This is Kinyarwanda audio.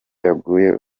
yaguye